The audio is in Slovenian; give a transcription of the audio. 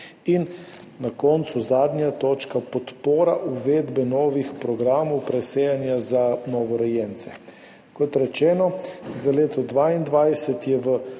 in na koncu zadnja točka podpora uvedbe novih programov presejanja za novorojence. Kot rečeno, za leto 2022 je